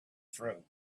true